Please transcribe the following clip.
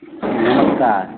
नमस्कार